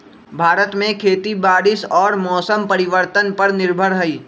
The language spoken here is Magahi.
भारत में खेती बारिश और मौसम परिवर्तन पर निर्भर हई